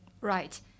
Right